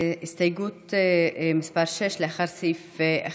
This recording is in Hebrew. הצבעה על הסתייגות מס' 6, לאחר סעיף 1,